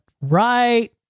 right